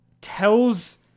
Tells